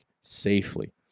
safely